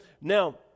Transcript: now